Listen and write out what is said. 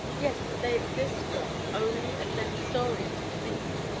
yes but they exist for us only as their historians permit them,